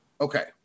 Okay